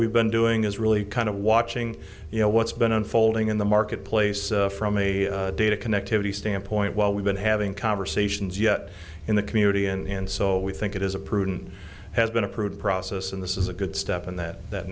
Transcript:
we've been doing is really kind of watching you know what's been unfolding in the marketplace from a data connectivity standpoint while we've been having conversations yet in the community and so we think it is a prudent has been approved process and this is a good step and that that